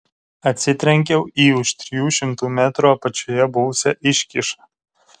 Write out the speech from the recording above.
atsitrenkiau į už trijų šimtų metrų apačioje buvusią iškyšą